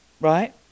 right